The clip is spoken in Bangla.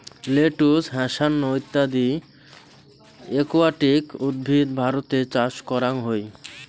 লেটুস, হ্যাসান্থ ইত্যদি একুয়াটিক উদ্ভিদ ভারতে চাষ করাং হই